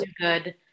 good